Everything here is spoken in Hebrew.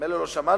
ומילא לא שמענו,